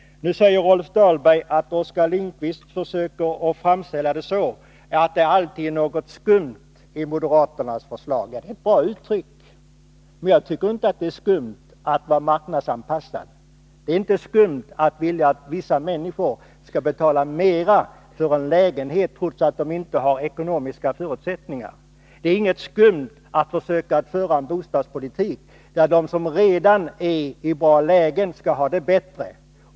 Rolf Dahlberg säger att Oskar Lindkvist försöker framställa det så att det alltid är något skumt i moderaternas förslag. Ja, det är ett bra uttryck. Jag tycker inte att det är skumt med marknadsanpassning. Det är inte skumt att vilja att vissa människor skall betala mer för en lägenhet, trots att de inte har ekonomiska förutsättningar att göra det. Det är inte skumt att försöka föra en bostadspolitik, där de som redan är i ett bra läge skall ha det bättre.